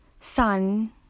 sun